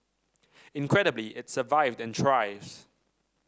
incredibly it survived and thrives